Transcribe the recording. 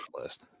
list